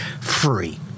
free